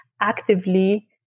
actively